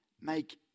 Make